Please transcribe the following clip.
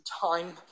Time